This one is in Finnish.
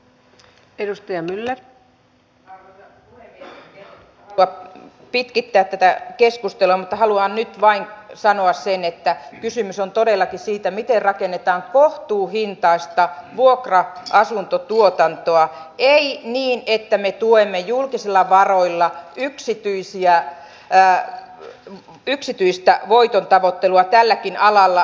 en halua pitkittää tätä keskustelua mutta haluan nyt vain sanoa sen että kysymys on todellakin siitä miten rakennetaan kohtuuhintaista vuokra asuntotuotantoa ei niin että me tuemme julkisilla varoilla yksityistä voitontavoittelua tälläkin alalla